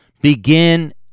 Begin